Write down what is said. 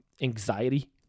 anxiety